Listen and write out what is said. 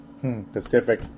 Pacific